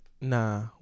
nah